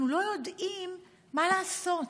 אנחנו לא יודעים מה לעשות,